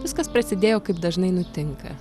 viskas prasidėjo kaip dažnai nutinka